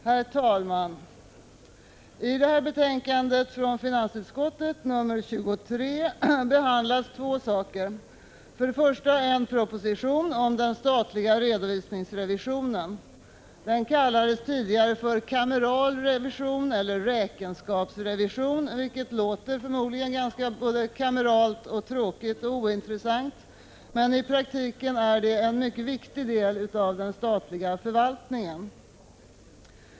Herr talman! I detta betänkande behandlas för det första en proposition om den statliga redovisningsrevisionen. Den betecknades tidigare den kamerala revisionen eller räkenskapsrevisionen, vilket kan låta just kameralt och ointressant men som i praktiken är en mycket viktig del av den statliga förvaltningen.